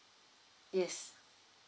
yes